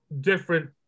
different